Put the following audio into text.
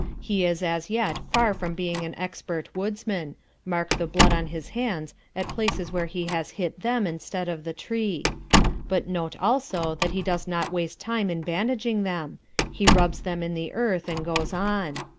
he is as yet far from being an expert woodsman mark the blood on his hands at places where he has hit them instead of the tree but note also that he does not waste time in bandaging them he rubs them in the earth and goes on.